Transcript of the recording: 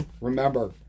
Remember